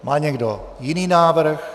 Má někdo jiný návrh?